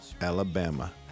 Alabama